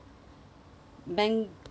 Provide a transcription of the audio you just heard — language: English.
mango